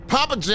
Papa